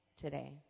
today